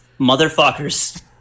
motherfuckers